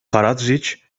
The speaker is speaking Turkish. karadziç